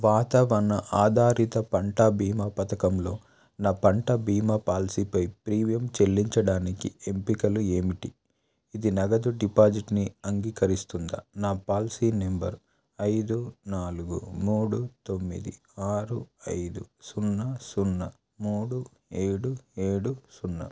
వాతావరణ ఆధారిత పంట బీమా పథకంలో నా పంట బీమా పాలసీపై ప్రీమియం చెల్లించడానికి ఎంపికలు ఏమిటి ఇది నగదు డిపాజిట్ని అంగీకరిస్తుందా నా పాలసీ నంబర్ ఐదు నాలుగు మూడు తొమ్మిది ఆరు ఐదు సున్నా సున్నా మూడు ఏడు ఏడు సున్నా